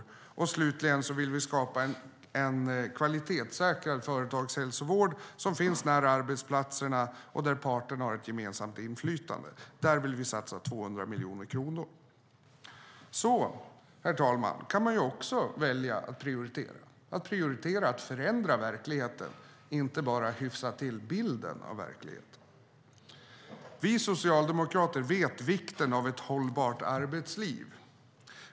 För det tionde och slutligen vill vi skapa en kvalitetssäkrad företagshälsovård som finns nära arbetsplatserna och där parterna har ett gemensamt inflytande. Där vill vi satsa 200 miljoner kronor. Herr talman! Så kan man också välja att prioritera - prioritera att förändra verkligheten, inte bara hyfsa till bilden av verkligheten. Vi socialdemokrater vet vikten av ett hållbart arbetsliv.